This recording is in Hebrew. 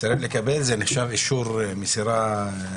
זה נחשב אישור מסירה מלא.